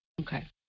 okay